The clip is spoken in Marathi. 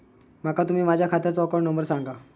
माका तुम्ही माझ्या खात्याचो अकाउंट नंबर सांगा?